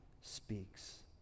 speaks